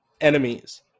enemies